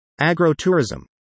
agro-tourism